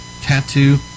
tattoo